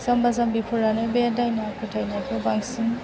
जाम्बा जाम्बिफोरानो बे दायना फोथायनायखौ बांसिन